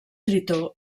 tritó